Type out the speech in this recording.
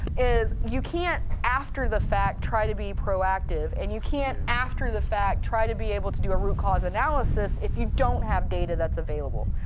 is you can't after the fact try to be proactive. yeah. and you can't after the fact try to be able to do a root cause analysis if you don't have data that's available.